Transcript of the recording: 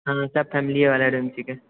हँ सभ फैमिलीएवला रूम छीके